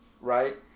right